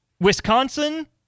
Wisconsin